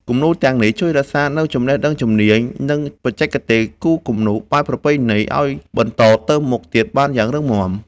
គំនូរទាំងនេះជួយរក្សានូវចំណេះជំនាញ និងបច្ចេកទេសគូរគំនូរបែបប្រពៃណីឱ្យបន្តទៅមុខទៀតបានយ៉ាងរឹងមាំ។